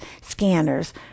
scanners